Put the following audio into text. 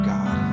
God